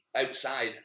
outside